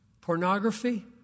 pornography